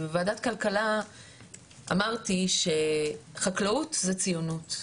ובוועדת כלכלה אמרתי שחקלאות זה ציונות,